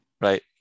Right